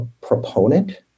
proponent